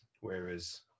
Whereas